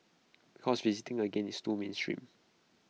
because visiting again is too mainstream